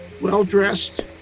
well-dressed